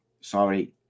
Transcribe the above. sorry